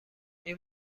این